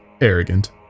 arrogant